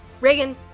Reagan